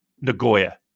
Nagoya